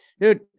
Dude